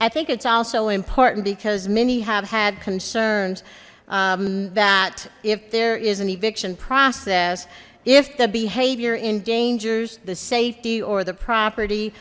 i think it's also important because many have had concerns that if there is an eviction process if the behavior in dangers the safety or the property